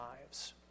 lives